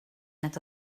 nad